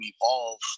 evolve